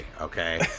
Okay